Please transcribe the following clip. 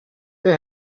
they